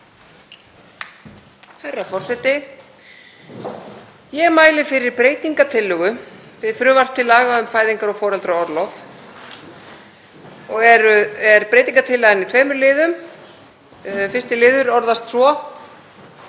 Herra forseti. Ég mæli fyrir breytingartillögu við frumvarp til laga um fæðingar og foreldraorlof og er breytingartillagan í tveimur liðum. Fyrsti liður orðast svo: